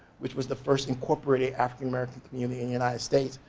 which was the first incorporated african-american community in the united states.